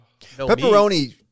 Pepperoni